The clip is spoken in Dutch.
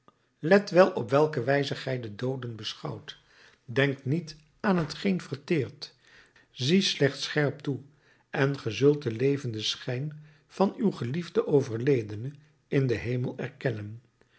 let wel op welke wijze gij de dooden beschouwt denk niet aan t geen verteert zie slechts scherp toe en ge zult den levenden schijn van uw geliefden overledene in den hemel erkennen